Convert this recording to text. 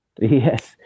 Yes